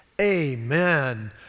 Amen